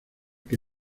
que